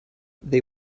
they